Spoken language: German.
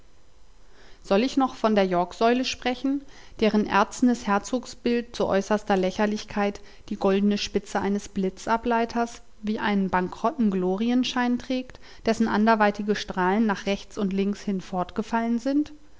soll ich noch von der yorksäule sprechen deren erznes herzogsbild zu äußerster lächerlichkeit die goldne spitze eines blitzableiters wie einen bankrotten glorienschein trägt dessen anderweitige strahlen nach rechts und links hin fortgefallen sind